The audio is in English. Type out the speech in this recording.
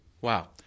Wow